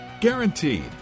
Guaranteed